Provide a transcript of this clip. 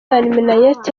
minaert